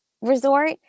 resort